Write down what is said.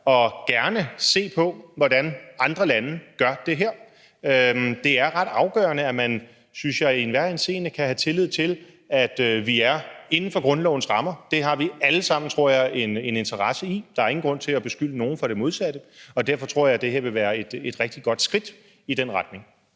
og gerne få set på, hvordan andre lande gør det her. Det er ret afgørende, synes jeg, at man i enhver henseende kan have tillid til, at vi er inden for grundlovens rammer. Det tror jeg vi alle sammen har en interesse i – der er ingen grund til at beskylde nogen for det modsatte – og derfor tror jeg, at det her vil være et rigtig godt skridt i den retning.